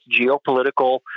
geopolitical